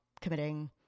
committing